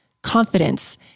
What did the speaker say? confidence